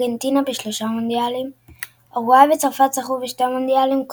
ארגנטינה זכתה ב-3 מונדיאלים.